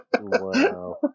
Wow